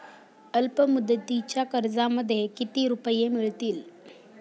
अल्पमुदतीच्या कर्जामध्ये किती रुपये मिळतील?